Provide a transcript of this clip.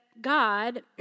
God